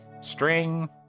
string